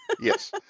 Yes